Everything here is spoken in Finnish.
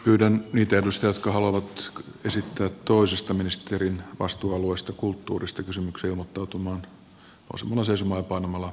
pyydän niitä edustajia jotka haluavat esittää toisesta ministerin vastuualueesta kulttuurista kysymyksiä ilmoittautumaan nousemalla seisomaan ja painamalla v painiketta